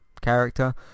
character